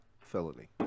felony